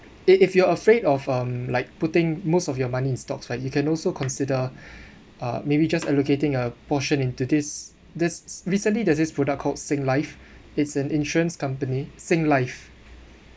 it if you're afraid of um like putting most of your money in stocks right you can also consider uh maybe just allocating a portion into this this recently there's this product called Singlife it's an insurance company Singlife